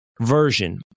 version